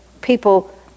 people